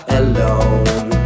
alone